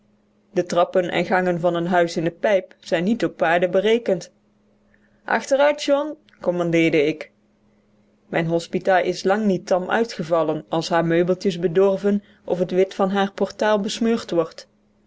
de trappen en gangen van een huis in de pijp zijn niet op paarden berekend achteruit john kommandeerde ik mijn hospita is lang niet tam uitgevallen als haar meubeltjes bedorven of het wit van haar portaal